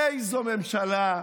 / איזו ממשלה,